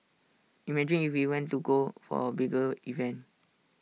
imagine if we want to go for A bigger event